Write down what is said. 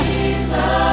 Jesus